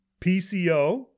PCO